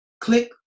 Click